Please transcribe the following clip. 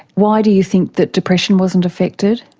why do you think that depression wasn't affected?